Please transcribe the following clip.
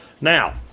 Now